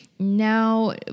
Now